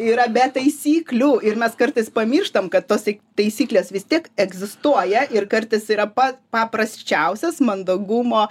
yra be taisyklių ir mes kartais pamirštam kad tos tai taisyklės vis tiek egzistuoja ir kartais yra pats paprasčiausias mandagumo